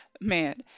man